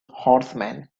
horsemen